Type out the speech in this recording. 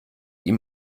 ihm